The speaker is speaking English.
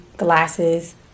Glasses